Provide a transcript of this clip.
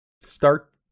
start